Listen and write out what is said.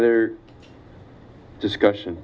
other discussion